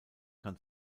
kann